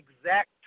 exact